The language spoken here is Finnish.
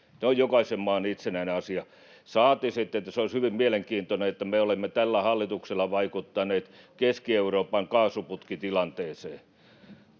jokaisen maan itsenäinen asia. Saati sitten: se olisi hyvin mielenkiintoista, että me olisimme tällä hallituksella vaikuttaneet Keski-Euroopan kaasuputkitilanteeseen.